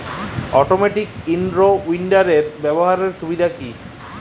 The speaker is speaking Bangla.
অটোমেটিক ইন রো উইডারের ব্যবহারের সুবিধা কি?